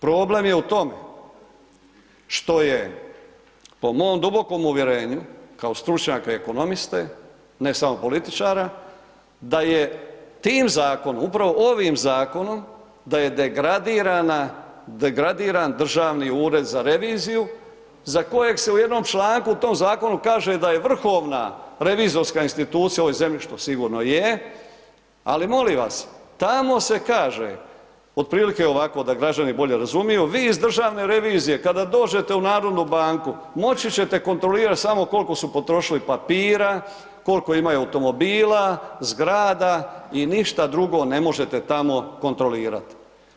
Problem je u tome što je po mom dubokom uvjerenju kao stručnjaka ekonomiste, ne samo političara da je tim zakonom, upravo ovim zakonom da je degradiran Državni ured za reviziju za kojeg se u jednom članku u tom zakonu kaže da je vrhovna revizorska institucija u ovoj zemlji što sigurno je, ali molim vas, tamo se kaže otprilike ovako da građani bolje razumiju, vi iz državne revizije kada dođete u Narodnu banku moći ćete kontrolirati samo koliko su potrošili papira, koliko imaju automobila, zgrada i ništa drugo ne možete tamo kontrolirati.